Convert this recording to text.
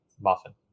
muffin